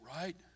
right